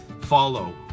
follow